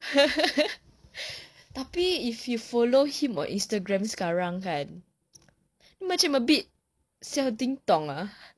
tapi if you follow him on instagram sekarang kan dia macam a bit siao ting tong ah